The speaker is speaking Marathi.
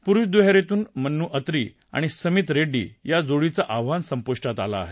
पुरुष दुहेरीत मन्नू अत्री आणि समित रेड्डी या जोडीचं आव्हान संपुष्टात आलं आहे